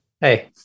Hey